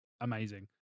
amazing